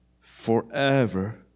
forever